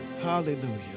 Hallelujah